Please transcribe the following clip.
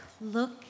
look